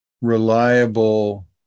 reliable